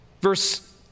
Verse